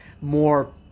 more